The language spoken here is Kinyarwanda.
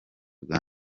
bwa